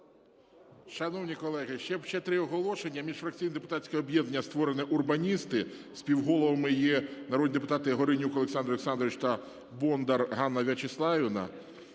Шановні колеги, ще три оголошення. Міжфракційне депутатське об'єднання створено "Урбаністи". Співголовами є народні депутати Горенюк Олександр Олександрович та Бондар Ганна Вячеславівна.